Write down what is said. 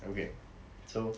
okay so